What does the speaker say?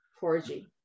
4G